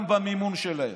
גם במימון שלהן.